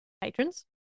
patrons